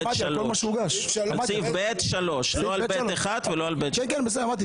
אפשר גם לחינוך.